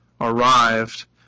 arrived